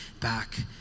back